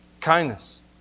kindness